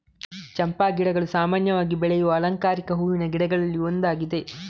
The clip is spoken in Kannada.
ಚಂಪಾ ಗಿಡಗಳು ಸಾಮಾನ್ಯವಾಗಿ ಬೆಳೆಯುವ ಅಲಂಕಾರಿಕ ಹೂವಿನ ಗಿಡಗಳಲ್ಲಿ ಒಂದಾಗಿವೆ